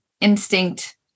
instinct